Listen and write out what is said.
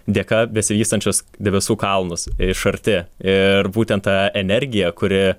dėka besivystančius debesų kalnus iš arti ir būtent ta energija kuri